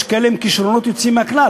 יש כאלה עם כישרונות יוצאים מהכלל,